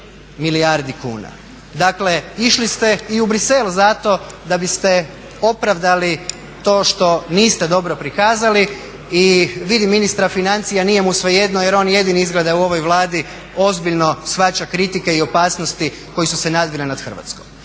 išli ste i u Bruxelles zato da biste opravdali to što niste dobro prikazali i vidim ministra financija nije mu svejedno jer on jedini izgleda u ovoj Vladi ozbiljno shvaća kritike i opasnosti koje su se nadvile na Hrvatskom.